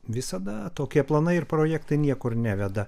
visada tokie planai ir projektai niekur neveda